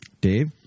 Dave